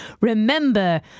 remember